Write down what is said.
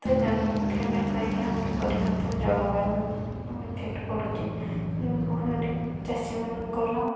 ତ ଜନସଂଖ୍ୟା ପାଇଁ କହିକି ଆମର ପରିବର୍ତ୍ତିତ ଜଳବାୟୁ ଉପରେ ଇଫେକ୍ଟ ପଡ଼ୁଛି ଯେଉଁ ଫଳରେ ଚାଷୀମାନଙ୍କର